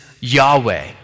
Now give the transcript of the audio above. Yahweh